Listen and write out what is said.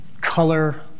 color